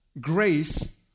grace